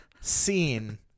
scene